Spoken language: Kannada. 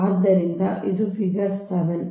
ಆದ್ದರಿಂದ ಇದು ಫಿಗರ್ 7 ಆಗಿದೆ